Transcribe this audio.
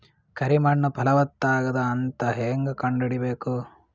ಕರಿ ಮಣ್ಣು ಫಲವತ್ತಾಗದ ಅಂತ ಹೇಂಗ ಕಂಡುಹಿಡಿಬೇಕು?